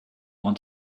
want